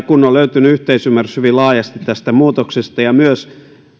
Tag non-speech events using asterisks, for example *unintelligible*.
*unintelligible* kun on löytynyt yhteisymmärrys hyvin laajasti tästä muutoksesta ja myös